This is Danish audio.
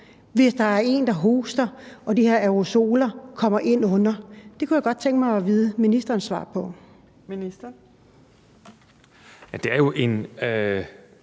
hvis der er en, der hoster, og de her aerosoler kommer ind under? Det kunne jeg godt tænke mig at høre ministerens svar på. Kl. 15:05 Fjerde